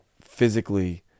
physically